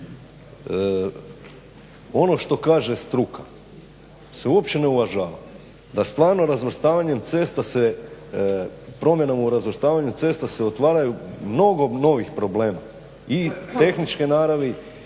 ono što kaže struka se uopće ne uvažava, da stvarno razvrstavanje cesta, promjenom u razvrstavanju cesta se otvaraju mnogo novih problema i tehničke naravi